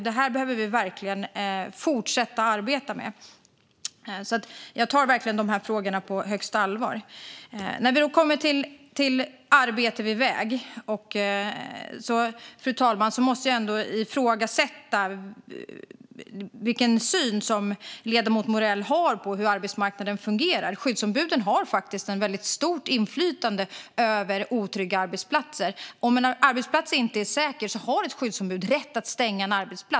Det här behöver vi verkligen fortsätta att arbeta med, och jag tar de här frågorna på största allvar. När vi kommer till frågan om arbete vid väg, fru talman, måste jag ändå ifrågasätta den syn ledamoten Morell har på hur arbetsmarknaden fungerar. Skyddsombuden har faktiskt väldigt stort inflytande över otrygga arbetsplatser. Om en arbetsplats inte är säker har ett skyddsombud rätt att stänga den.